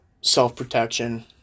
self-protection